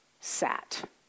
sat